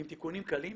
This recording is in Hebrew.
עם תיקונים קלים,